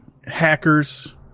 hackers